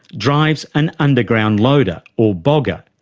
drives an underground loader, or bogger,